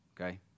okay